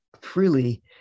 freely